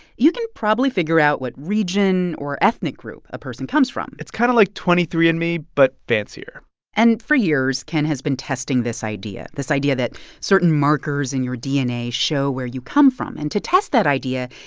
you can probably figure out what region or ethnic group a person comes from it's kind of like twenty three andme but fancier and for years, ken has been testing this idea this idea that certain markers in your dna show where you come from. and to test that idea,